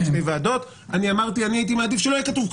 שתי ועדות ואמרתי שאני מעדיף שלא יהיה כתוב כלום.